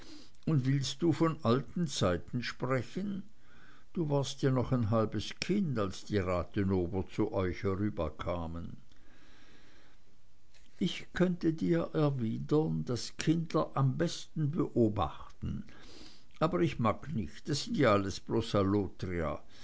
und willst du von alten zeiten sprechen du warst ja noch ein halbes kind als die rathenower zu euch herüberkamen ich könnte dir erwidern daß kinder am besten beobachten aber ich mag nicht das sind ja alles bloß